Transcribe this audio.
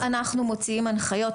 אנחנו מוציאים הנחיות,